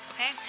Okay